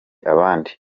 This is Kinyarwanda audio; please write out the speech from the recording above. abandi